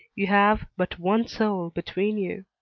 you have but one soul between you.